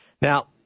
Now